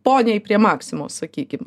poniai prie maksimos sakykim